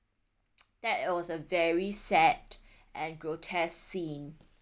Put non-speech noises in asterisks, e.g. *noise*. *noise* that was a very sad and grotesque scene